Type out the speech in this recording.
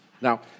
Now